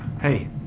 Hey